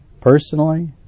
personally